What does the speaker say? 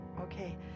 Okay